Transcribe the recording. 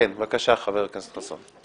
בבקשה, חבר הכנסת חסון.